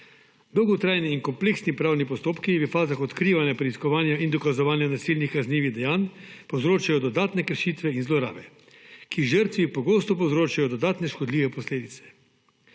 Dolgotrajni in kompleksni pravni postopki v fazah odkrivanja, preiskovanja in dokazovanja nasilnih kaznivih dejanj povzročajo dodatne kršitve in zlorabe, ki žrtvi pogosto povzročajo dodatne škodljive posledice.